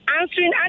answering